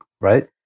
right